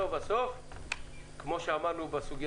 כמו שאמרנו,